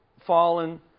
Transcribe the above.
fallen